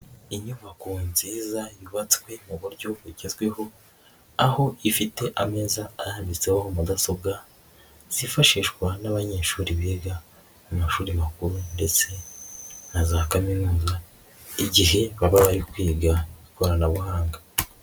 Inyubako nziza yubatswe mu buryo bugezweho, aho ifite ameza arambitseho mudasobwa zifashishwa n'abanyeshuri biga mu mashuri makuru ndetse na za kaminuza igihe baba bari kwiga ikoranabuhanga.